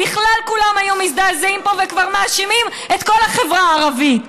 בכלל כולם היו מזדעזעים פה וכבר מאשימים את כל החברה הערבית,